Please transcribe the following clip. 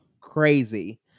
Crazy